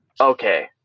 okay